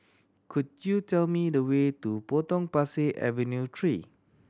could you tell me the way to Potong Pasir Avenue Three